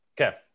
Okay